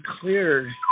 clear